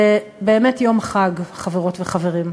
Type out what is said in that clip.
זה באמת יום חג, חברות וחברים,